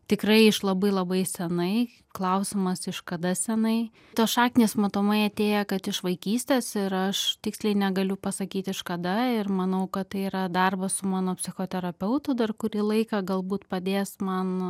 tikrai iš labai labai senai klausimas iš kada senai tos šaknys matomai atėję kad iš vaikystės ir aš tiksliai negaliu pasakyt iš kada ir manau kad tai yra darbas su mano psichoterapeutu dar kurį laiką galbūt padės man